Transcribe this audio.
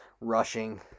rushing